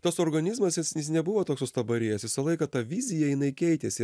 tas organizmas jis nebuvo toks sustabarėjęs visą laiką ta vizija jinai keitėsi